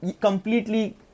completely